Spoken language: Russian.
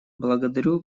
благодарю